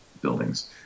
buildings